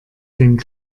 den